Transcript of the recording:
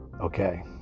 okay